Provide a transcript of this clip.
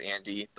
Andy